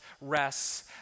rests